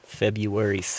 February